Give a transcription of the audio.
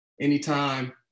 Anytime